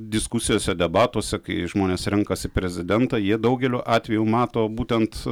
diskusijose debatuose kai žmonės renkasi prezidentą jie daugeliu atveju mato būtent